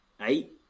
eight